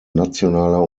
nationaler